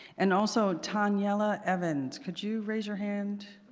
and also, tanyella evans, could you raise your hand?